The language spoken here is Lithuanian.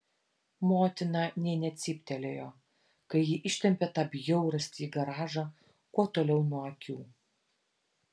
motina nė necyptelėjo kai ji ištempė tą bjaurastį į garažą kuo toliau nuo akių